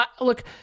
look